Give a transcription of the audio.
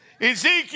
Ezekiel